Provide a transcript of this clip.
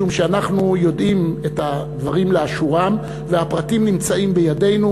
משום שאנחנו יודעים את הדברים לאשורם והפרטים נמצאים בידינו.